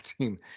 team